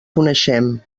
coneixem